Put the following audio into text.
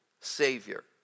savior